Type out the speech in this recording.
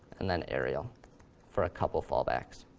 and then arial for a couple fallbacks.